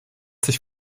sich